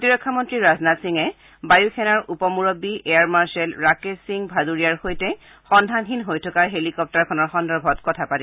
প্ৰতিৰক্ষা মন্ত্ৰী ৰাজনাথ সিঙে বায়ু সেনাৰ উপ মূৰববী এয়াৰ মাৰ্চেল ৰাকেশ সিং ভাডুৰিয়াৰ সৈতে সন্ধানহীন হৈ থকা হেলিকপ্তাৰখনৰ সন্দৰ্ভত কথা পাতে